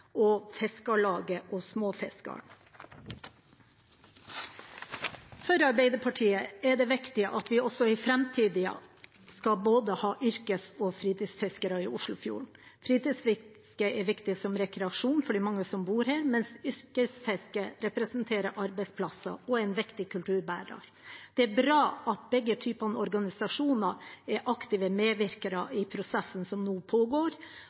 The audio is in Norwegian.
Miljødirektoratet, Fiskarlaget og Småfisker'n. For Arbeiderpartiet er det viktig at vi også i framtiden skal ha både yrkes- og fritidsfiskere i Oslofjorden. Fritidsfisket er viktig som rekreasjon for de mange som bor her, mens yrkesfisket representerer arbeidsplasser og er en viktig kulturbærer. Det er bra at begge typene organisasjoner er aktive medvirkere i prosessen som nå pågår,